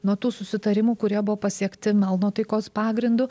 nuo tų susitarimų kurie buvo pasiekti melno taikos pagrindu